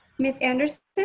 miss anderson?